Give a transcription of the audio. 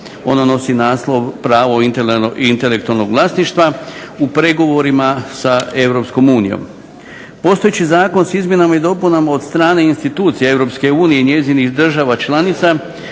ono nosi naslov pravo intelektualnog vlasništva u pregovorima sa EU. Postojeći zakon sa izmjenama i dopunama od strane institucija EU i njezinih država članica